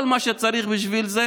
כל מה שצריך בשביל זה: